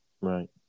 Right